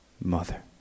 mother